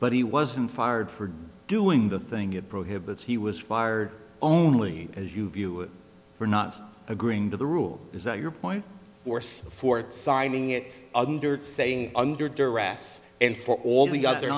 but he wasn't fired for doing the thing it prohibits he was fired only as you view it for not agreeing to the rule is that your point force for signing it under saying under duress and for all the ot